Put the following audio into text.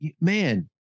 Man